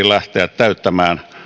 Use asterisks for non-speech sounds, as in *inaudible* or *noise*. *unintelligible* lähteä tätä tyhjiötä täyttämään